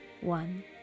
one